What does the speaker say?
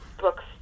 books